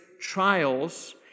trials